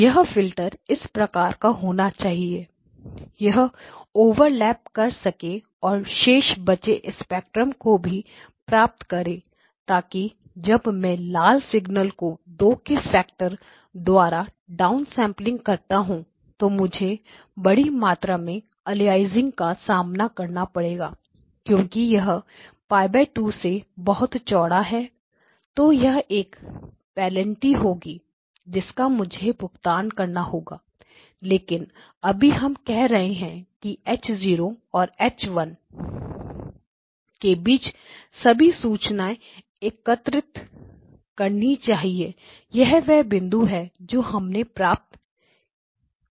यह फिल्टर इस प्रकार का होना चाहिए यह ओवरलैप कर सके और शेष बचे स्पेक्ट्रम को भी प्राप्त करें ताकि जब मैं लाल सिग्नल को 2 के फैक्टर द्वारा डाउनसेंपल करता हूं तो मुझे बड़ी मात्रा में अलियासिंगका सामना करना पड़ेगा क्योंकि यह π 2 से बहुत चौड़ा है तो यह एक पेनल्टी होगी जिसका मुझे भुगतान करना होगा लेकिन अभी हम कह रहे हैं कि H 0 और H 1के बीच सभी सूचनाएं एकत्रित करनी चाहिए यह वह बिंदु है जो हमने प्राप्त किया